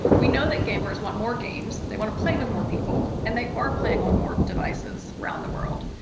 we know that gamers want more games, they want to play with more people, and they are playing on more devices around the world.